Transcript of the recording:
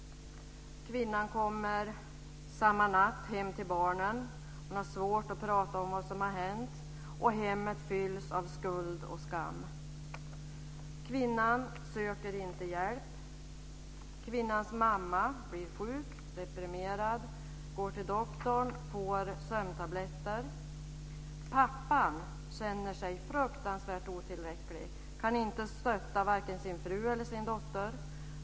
Kvinnan kommer samma natt hem till barnen. Hon har svårt att prata om vad som har hänt. Hemmet fylls av skuld och skam. Kvinnan söker inte hjälp. Kvinnans mamma blir sjuk och deprimerad. Hon går till doktorn och får sömntabletter. Pappan känner sig fruktansvärt otillräcklig. Han kan inte stötta vare sig sin fru eller sin dotter.